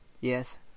Yes